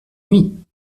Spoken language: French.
nuit